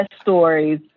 stories